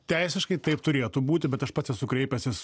teisiškai taip turėtų būti bet aš pats esu kreipęsis